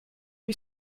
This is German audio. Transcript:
wie